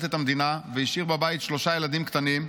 את המדינה והשאיר בבית שלושה ילדים קטנים.